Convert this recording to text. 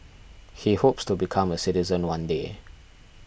he hopes to become a citizen one day